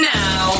now